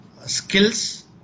skills